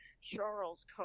charles